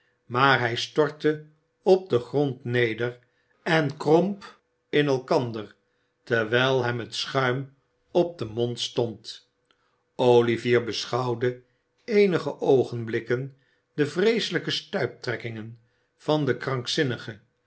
maar hij stortte op den grond neder en kromp in elkander terwijl hem het schuim op den mond stond olivier beschouwde eenige oogenblikken de vreeselijke stuiptrekkingen van den krankzinnige